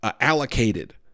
allocated